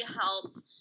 helped